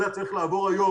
אלא הכסף צריך לעבור היום.